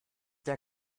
der